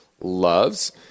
loves